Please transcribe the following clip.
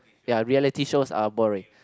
ya reality shows are boring